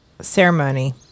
ceremony